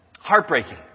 Heartbreaking